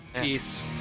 Peace